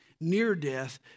Near-death